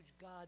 God